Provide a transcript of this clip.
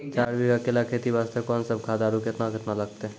चार बीघा केला खेती वास्ते कोंन सब खाद आरु केतना केतना लगतै?